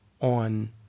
on